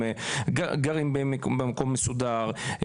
גרים במקום מסודר,